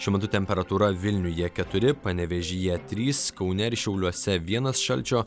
šiuo metu temperatūra vilniuje keturi panevėžyje trys kaune ir šiauliuose vienas šalčio